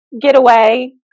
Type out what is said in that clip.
getaway